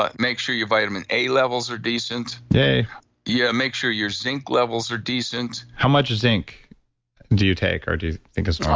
ah make sure your vitamin a levels are decent yay yeah, make sure your zinc levels are decent how much zinc do you take or do you think is